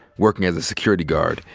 working as a security guard,